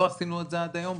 לא עשינו את זה עד היום.